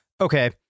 Okay